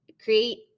create